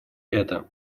это